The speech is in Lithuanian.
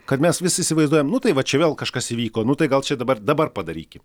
kad mes vis įsivaizduojam nu tai vat čia vėl kažkas įvyko nu tai gal čia dabar dabar padarykim